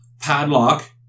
Padlock